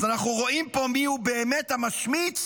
אז אנחנו רואים פה מיהו באמת המשמיץ